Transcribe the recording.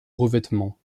revêtement